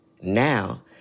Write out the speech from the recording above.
Now